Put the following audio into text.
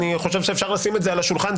אני חושב שאפשר לשים את זה על השולחן,